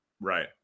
Right